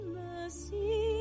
mercy